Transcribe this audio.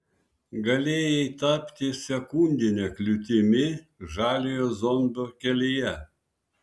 galėjai tapti sekundine kliūtimi žaliojo zombio kelyje